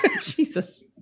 Jesus